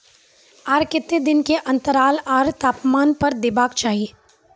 आर केते दिन के अन्तराल आर तापमान पर देबाक चाही?